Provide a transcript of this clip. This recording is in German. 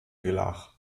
villach